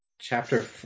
chapter